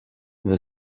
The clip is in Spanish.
the